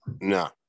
No